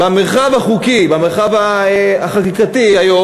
במרחב החוקי,